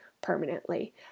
permanently